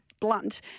blunt